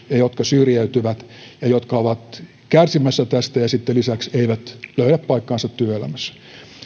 ja jotka syrjäytyvät ja jotka ovat kärsimässä tästä ja sitten lisäksi eivät löydä paikkaansa työelämässä